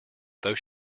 though